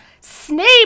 Snape